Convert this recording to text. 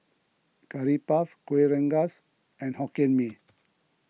Curry Puff Kuih Rengas and Hokkien Mee